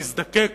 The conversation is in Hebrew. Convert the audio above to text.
נזקק